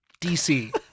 DC